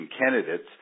candidates